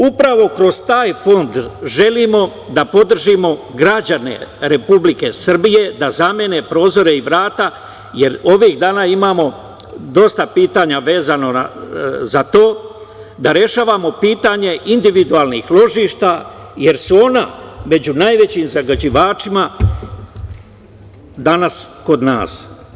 Upravo kroz taj fond želimo da podržimo građane Republike Srbije da zamene prozore i vrata, jer ovih dana imamo dosta pitanja vezano za to, da rešavamo pitanje individualnih ložišta, jer su ona među najvećim zagađivačima danas kod nas.